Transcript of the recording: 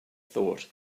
thought